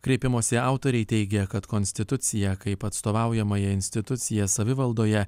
kreipimosi autoriai teigia kad konstitucija kaip atstovaujamąją instituciją savivaldoje